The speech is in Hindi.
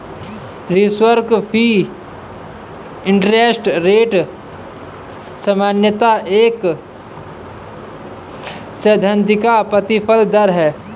रिस्क फ्री इंटरेस्ट रेट सामान्यतः एक सैद्धांतिक प्रतिफल दर है